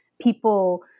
people